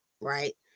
right